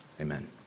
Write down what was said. amen